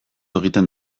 egiten